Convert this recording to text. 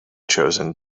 chosen